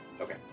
Okay